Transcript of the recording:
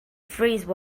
freeze